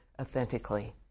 authentically